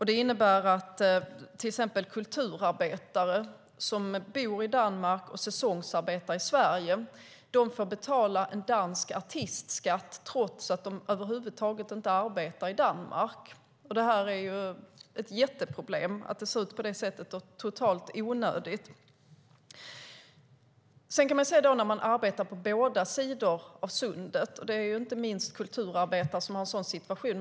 Till exempel får kulturarbetare som bor i Danmark och säsongsarbetar i Sverige betala en dansk artistskatt trots att de över huvud taget inte arbetar i Danmark. Det är ett jätteproblem att det ser ut på det sättet och totalt onödigt. Sedan kan man se problem när man arbetar på båda sidor av sundet. Det är inte minst kulturarbetare som har en sådan situation.